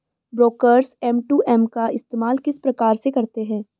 Brokers M to M का इस्तेमाल किस प्रकार से करते हैं?